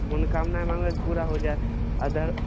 मोनकामना माँगबै तऽ पुरा हो जायत आ दर